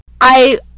I-